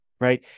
Right